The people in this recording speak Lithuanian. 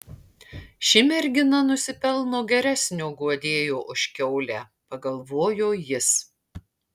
ši mergina nusipelno geresnio guodėjo už kiaulę pagalvojo jis